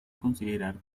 considerar